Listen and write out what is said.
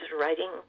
writing